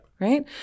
right